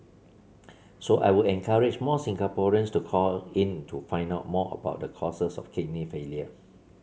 so I would encourage more Singaporeans to call in to find out more about the causes of kidney failure